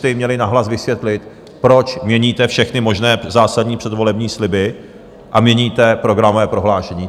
byste jim měli nahlas vysvětlit, proč měníte všechny možné zásadní předvolební sliby a měníte programové prohlášení.